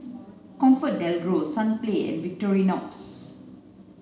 ComfortDelGro Sunplay and Victorinox